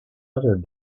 other